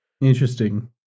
Interesting